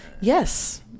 yes